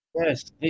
Yes